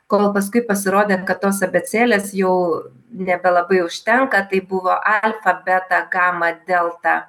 kol paskui pasirodė kad tos abėcėlės jau nebelabai užtenka tai buvo alfa beta gama delta